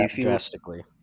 drastically